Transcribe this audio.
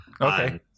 Okay